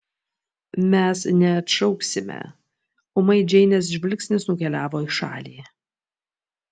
mes neatšauksime ūmai džeinės žvilgsnis nukeliavo į šalį